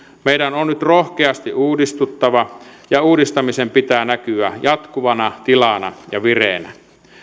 meidän on nyt rohkeasti uudistuttava ja uudistumisen pitää näkyä jatkuvana tilana ja vireenä